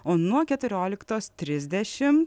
o nuo keturioliktos trisdešim